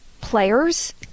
players